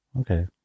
okay